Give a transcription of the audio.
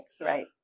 right